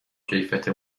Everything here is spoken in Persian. کیفیت